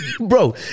bro